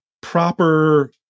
proper